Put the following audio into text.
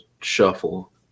shuffle